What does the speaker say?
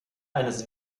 eines